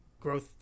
growth